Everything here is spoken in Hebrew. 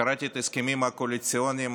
קראתי את ההסכמים הקואליציוניים,